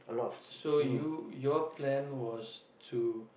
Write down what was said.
so you your plan was to